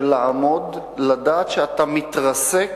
של לעמוד, לדעת שאתה מתרסק,